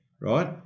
right